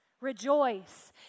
rejoice